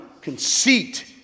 conceit